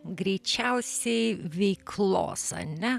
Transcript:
greičiausiai veiklos a ne